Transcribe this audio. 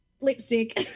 Lipstick